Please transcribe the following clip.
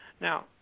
Now